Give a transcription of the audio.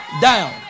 down